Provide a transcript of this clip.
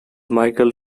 michel